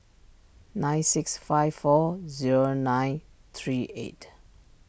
nine six five four zero nine three eight